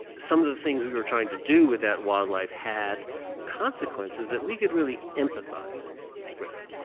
some of the things we were trying to do with that wildlife had consequences that we could really empathize with,